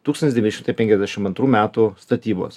tūkstantis devyni šimtai penkiasdešim antrų metų statybos